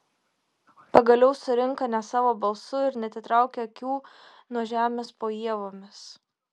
pagaliau surinka ne savo balsu ir neatitraukia akių nuo žemės po ievomis